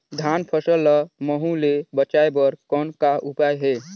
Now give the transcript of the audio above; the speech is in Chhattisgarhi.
धान फसल ल महू ले बचाय बर कौन का उपाय हे?